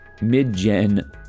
mid-gen